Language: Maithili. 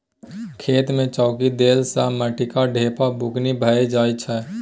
खेत मे चौकी देला सँ माटिक ढेपा बुकनी भए जाइ छै